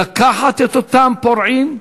לקחת את אותם פורעים,